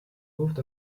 moved